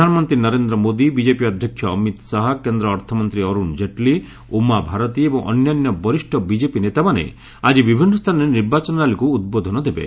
ପ୍ରଧାନମନ୍ତ୍ରୀ ନରେନ୍ଦ୍ର ମୋଦି ବିଜେପି ଅଧ୍ୟକ୍ଷ ଅମିତ୍ ଶାହା କେନ୍ଦ୍ର ଅର୍ଥମନ୍ତ୍ରୀ ଅର୍ଚ୍ଚଣ କେଟ୍ଲୀ ଉମା ଭାରତୀ ଏବଂ ଅନ୍ୟାନ୍ୟ ବରିଷ୍ଠ ବିଜେପି ନେତାମାନେ ଆଜି ବିଭିନ୍ନ ସ୍ଥାନରେ ନିର୍ବାଚନ ର୍ୟାଲିକୁ ଉଦ୍ବୋଧନ ଦେବେ